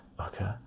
Okay